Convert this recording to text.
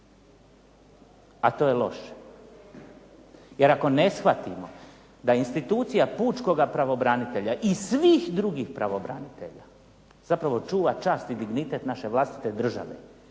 a to je loše. Jer ako ne shvatimo da institucija pučkoga pravobranitelja i svih drugih pravobranitelja zapravo čuva časni dignitet naše vlastite države